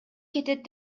кетет